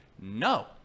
No